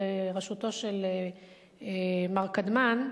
בראשותו של מר קדמן,